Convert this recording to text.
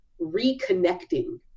reconnecting